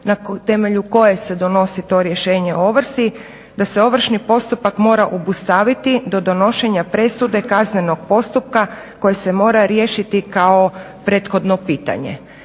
na temelju koje se donosi to rješenje o ovrsi da se ovršni postupak mora obustaviti do donošenja presude kaznenog postupka koji se mora riješiti kao prethodno pitanje.